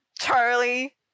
Charlie